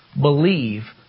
believe